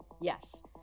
Yes